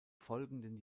folgenden